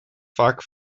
vaak